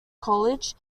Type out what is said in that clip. college